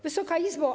Wysoka Izbo!